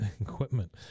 Equipment